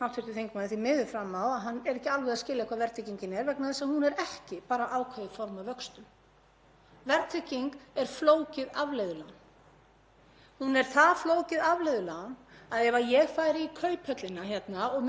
Hún er það flókið afleiðulán að ef ég færi í Kauphöllina hérna og myndi vilja gerast fjárfestir á sömu kjörum og eru í boði, með öllu því sama og stendur í samningum um verðtryggð